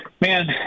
Man